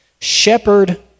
shepherd